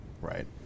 right